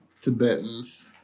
Tibetans